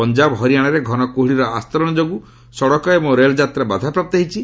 ପଞ୍ଜାବ ଓ ହରିଆଣାରେ ଘନ କୁହୁଡ଼ିର ଆସ୍ତରଣ ଯୋଗୁଁ ସଡ଼କ ଏବଂ ରେଳଯାତ୍ରା ବାଧାପ୍ରାପ୍ତ ହୋଇଛି